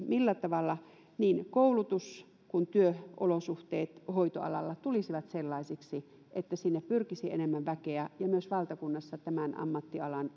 millä tavalla niin koulutus kuin työolosuhteet hoitoalalla tulisivat sellaisiksi että sinne pyrkisi enemmän väkeä ja myös valtakunnassa tämän ammattialan